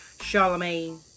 Charlemagne